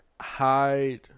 Hide